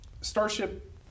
Starship